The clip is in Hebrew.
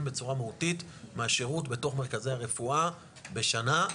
בצורה מהותית מהשירות בתוך מרכזי הרפואה בשנה.